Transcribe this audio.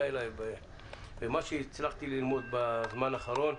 אליי ומה שהצלחתי ללמוד בזמן האחרון.